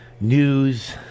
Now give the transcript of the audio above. news